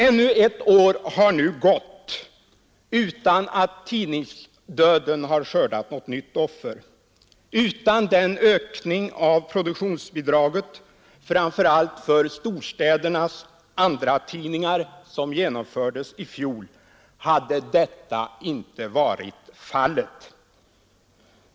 Ännu ett år har nu gått utan att tidningsdöden skördat något nytt offer. Utan den ökning av produktionsbidraget framför allt för storstädernas andratidningar som genomfördes i fjol hade detta inte varit fallet.